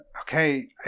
okay